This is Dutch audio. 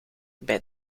bij